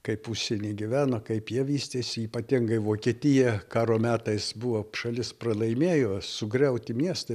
kaip užsieny gyveno kaip jie vystėsi ypatingai vokietija karo metais buvo pšalis pralaimėjo sugriauti miestai